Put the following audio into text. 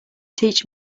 teach